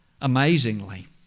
Amazingly